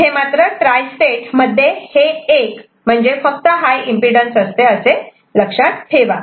इथे tri state मध्ये हे 1 फक्त हाय एम्पिडन्स असते असे लक्षात ठेवा